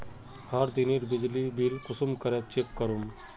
हर दिनेर बिजली बिल कुंसम करे चेक करूम?